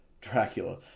Dracula